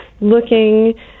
looking